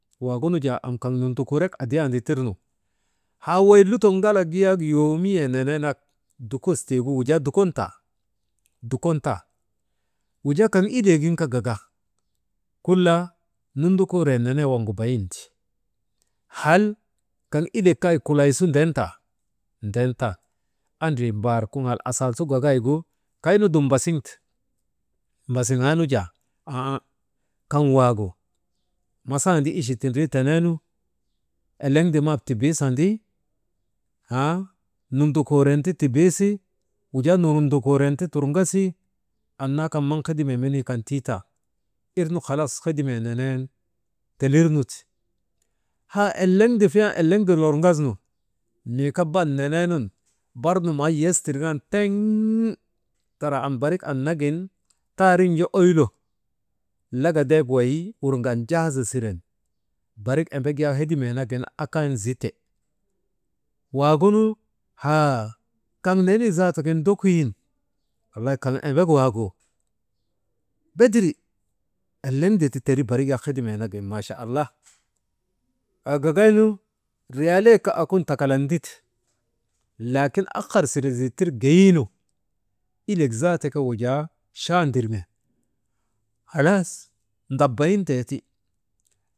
Waagunu jaa am kaŋ nundukuurek adiyaandi tirnu haa way lutok ŋalak yak yoomiyee nenee nak dukos tii gu wujaa dukon taa, dukon tan. Wujaa kaŋ ileegin kaa gaga kula nundukuuree nenee waŋgu bayindi hal kaŋ ilek kaa kulaysu ndintaa, ndintaan andrii mbaar, kuŋaal, asaalsu gagaynu kaynu dum mbasiŋ te mbasiŋaanu jaa aa aa masandi ichi tindrii teneenu eleŋde map tibiisandi haa nundukuure ti tibiisi wujaa nundukuure ti turŋasi, annaa kan maŋ hedimee menii kan tiitan irnu halas hedimee ne neenu telirnu ti. Aa eleŋde fiyan eleŋde lurgasnu mii ke bal ne neenun bar nu maa yes tirgan tiŋ taraa am barik annagin taariŋ ju oyilo, laka ndeek wey wurŋan jahaza siren barik embek yaak hedimee nagin aken zite, waagunu haa kaŋ nenee zaata kaa ndokoyin wallay kan kaŋ embek waagu bedirii eleŋde ti teri barik yak hedimee nak waagin haa gagaynu riyalaayek akun takalan ndite, laakin ahar sire dittir geyiinu ilek zaata ke wujaa chaa ndirŋen halas ndabayin teeti.